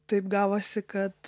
taip gavosi kad